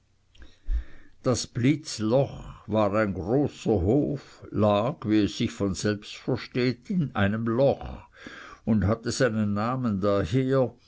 das blitzloch war ein großer hof lag wie es sich von selbst versteht in einem loch und hatte seinen namen daher